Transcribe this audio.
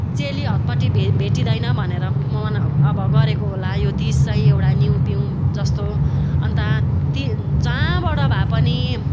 चेली हतपती भेट भेटिँदैन भनेर मनाउ अब गरेको होला यो तिज चाहिँ एउटा निहुँ पिउ जस्तो अन्त ती जहाँबटा भए पनि